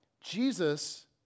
Jesus